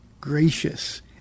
gracious